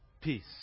peace